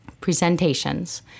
presentations